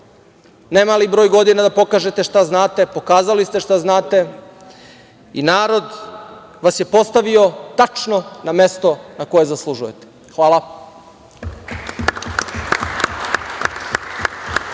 ne mali broj godina da pokažete šta znate, pokazali ste šta znate i narod vas je postavio tačno na mesto na koje zaslužujete. Hvala.